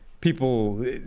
people